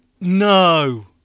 No